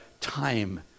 time